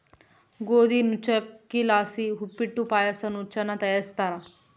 ಗೋದಿ ನುಚ್ಚಕ್ಕಿಲಾಸಿ ಉಪ್ಪಿಟ್ಟು ಪಾಯಸ ನುಚ್ಚನ್ನ ತಯಾರಿಸ್ತಾರ